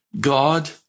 God